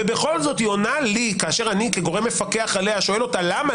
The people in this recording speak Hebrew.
ובכל זאת היא עונה לי כאשר אני כגורם מפקח עליה שואל אותה: למה